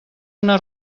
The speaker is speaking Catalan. una